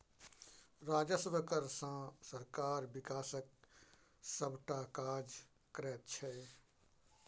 राजस्व कर सँ सरकार बिकासक सभटा काज करैत छै